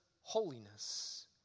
holiness